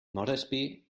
moresby